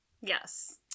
Yes